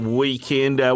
weekend